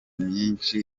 myinshi